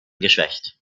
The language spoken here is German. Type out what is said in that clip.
geschwächt